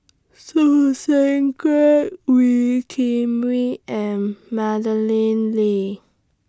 Choo Seng Quee Wee Kim Wee and Madeleine Lee